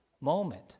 moment